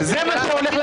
אתם זה הבלהות.